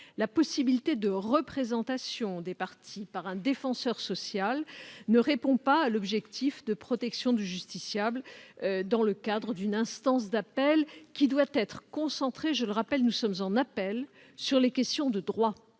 la possibilité de représentation des parties par un défenseur social ne répond pas à l'objectif de protection du justiciable dans le cadre d'une instance d'appel, qui doit être concentrée, je le rappelle, sur les questions de droit.